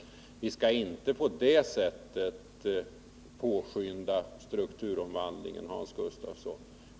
Vi skall inte på det sättet påskynda strukturomvandlingen, Hans Gustafsson.